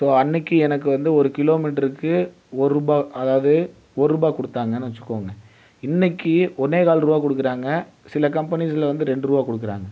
so அன்றைக்கு எனக்கு வந்து ஒரு கிலோமீட்டருக்கு ஓரு ரூபாய் அதாவது ஓரு ரூபாய் கொடுத்தாங்கன்னு வெச்சிங்கோங்க இன்றைக்கு ஒன்னேகால் ரூபாய் கொடுக்குறாங்க சில கம்பெனிஸில் வந்து ரெண்டு ரூபாய் கொடுக்குறாங்க